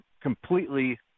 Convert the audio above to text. completely